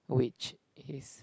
which is